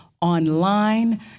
online